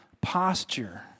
posture